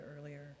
earlier